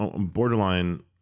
borderline